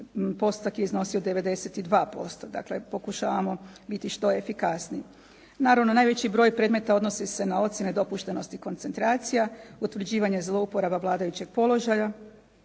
postotak je iznosio 92% Dakle, pokušavamo biti što efikasniji. Naravno, najveći broj predmeta odnosi se na ocjene dopuštenosti koncentracija, utvrđivanje zlouporaba vladajućeg položaja